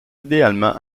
idéalement